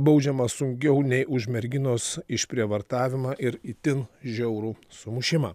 baudžiama saugiau nei už merginos išprievartavimą ir itin žiaurų sumušimą